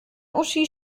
uschi